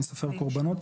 אני סופר קורבנות,